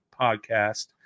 podcast